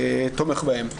תומך בהם.